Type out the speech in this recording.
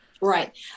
Right